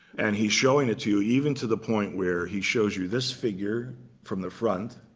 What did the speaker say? and he's showing it to you even to the point where he shows you this figure from the front,